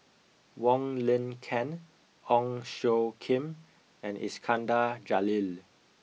Wong Lin Ken Ong Tjoe Kim and Iskandar Jalil